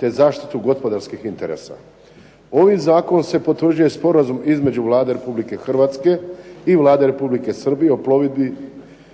te zaštitu gospodarskih interesa. Ovim zakonom se potvrđuje Sporazum između Vlade Republike Hrvatske i Vlade Republike Srbije o plovidbi vodnim